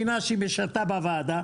גם היא מבינה שהיא משטה בוועדה,